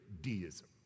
deism